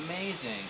amazing